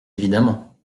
évidemment